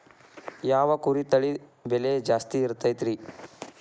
ಯಾವ ಕುರಿ ತಳಿ ಬೆಲೆ ಜಾಸ್ತಿ ಇರತೈತ್ರಿ?